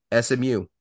SMU